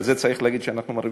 על זה צריך להגיד שאנחנו מרעיבים?